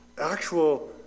actual